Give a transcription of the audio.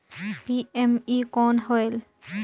PME कौन होयल?